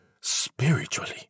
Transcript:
spiritually